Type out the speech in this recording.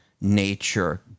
nature